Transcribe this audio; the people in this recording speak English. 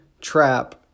trap